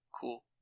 Cool